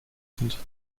sind